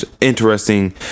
interesting